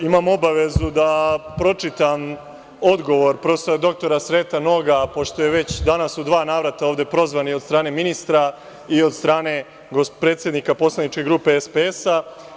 Imam obavezu da pročitam odgovor prof. dr Sreta Noga, pošto je već danas u dva navrata ovde prozvan i od strane ministra i od strane predsednika poslaničke grupe SPS.